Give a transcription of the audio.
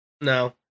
No